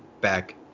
back